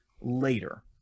later